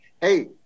hey